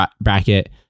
bracket